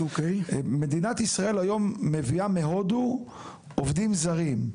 מדינת ישראל מביאה היום מהודו עובדים זרים.